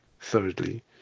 Thirdly